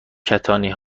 کتانی